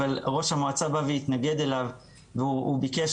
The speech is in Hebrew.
אבל ראש המועצה בא והתנגד אליו והוא ביקש